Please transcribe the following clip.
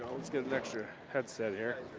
let's get an extra headset here.